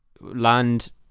land